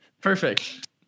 Perfect